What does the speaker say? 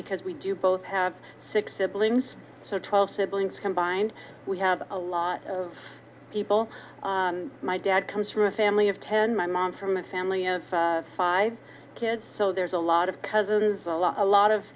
because we do both have six siblings so twelve siblings combined we have a lot of people my dad comes from a family of ten my mom from a family of five kids so there's a lot of cousins a lot a lot of